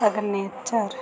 signature